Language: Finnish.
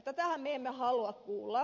tätähän me emme halua kuulla